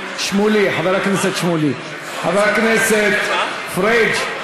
חבר הכנסת שמולי, חבר הכנסת פריג'.